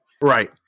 Right